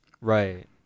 Right